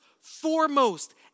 foremost